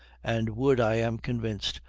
and would, i am convinced,